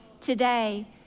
Today